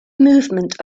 movement